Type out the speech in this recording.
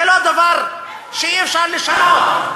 זה לא דבר שאי-אפשר לשנות.